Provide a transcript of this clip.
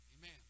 Amen